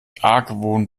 argwohn